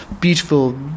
beautiful